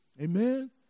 Amen